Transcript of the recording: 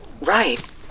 right